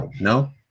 No